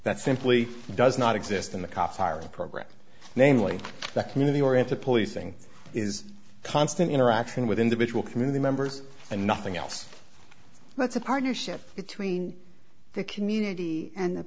that simply does not exist and the cops hiring program namely that community oriented policing is constant interaction with individual community members and nothing else that's a partnership between the community and